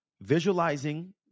visualizing